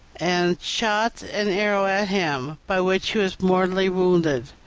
and shot an arrow at him, by which he was mortally wounded.